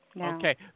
Okay